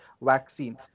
vaccine